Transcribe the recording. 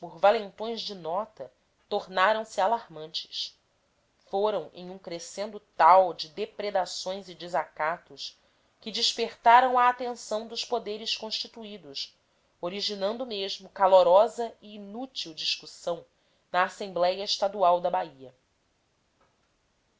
valentões de nota tornaram-se alarmantes foram em um crescendo tal de depredações e desacatos que despertaram a atenção dos poderes constituídos originando mesmo calorosa e inútil discussão na assembléia estadual da bahia